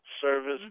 service